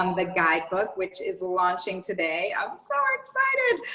um the guidebook which is launching today. i'm so excited.